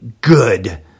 good